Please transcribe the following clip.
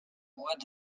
amoureux